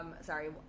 Sorry